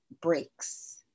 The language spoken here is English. breaks